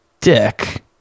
dick